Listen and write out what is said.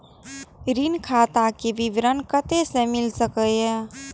ऋण खाता के विवरण कते से मिल सकै ये?